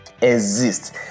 exist